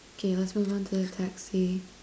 okay let's move on to the taxi